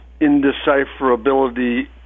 indecipherability